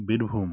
Birbhum